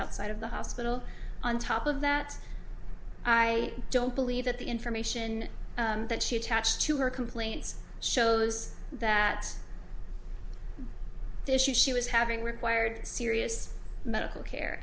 outside of the hospital on top of that i don't believe that the information that she attached to her complaints shows that the issue she was having required serious medical care